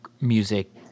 music